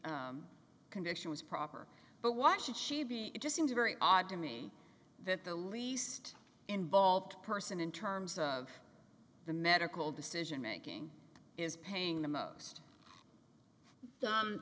conviction was proper but why should she be it just seems very odd to me that the least involved person in terms of the medical decision making is paying the most